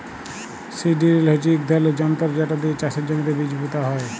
seed drill হচ্যে ইক ধরলের যনতর যেট দিয়ে চাষের জমিতে বীজ পুঁতা হয়